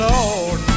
Lord